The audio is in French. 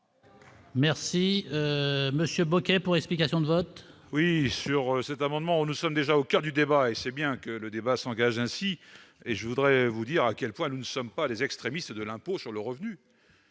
M. Éric Bocquet, pour explication de vote. Avec ces trois amendements, nous sommes déjà au coeur du débat, et c'est bien qu'il s'engage. Je voudrais vous dire à quel point nous ne sommes pas des extrémistes de l'impôt sur le revenu.